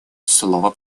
слово